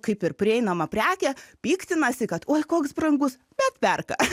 kaip ir prieinama prekė piktinasi kad oi koks brangus bet perka